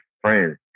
friends